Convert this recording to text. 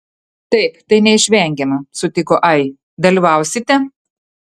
taip tai neišvengiama sutiko ai dalyvausite